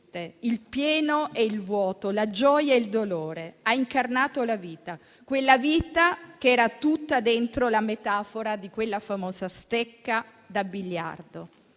il pieno e il vuoto, la gioia e il dolore; ha incarnato la vita, quella vita che era tutta dentro la metafora di quella famosa stecca da biliardo.